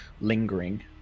lingering